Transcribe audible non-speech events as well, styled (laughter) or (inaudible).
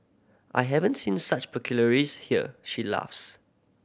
I haven't seen such (unintelligible) here she laughs